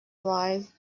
lies